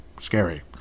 scary